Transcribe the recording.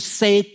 say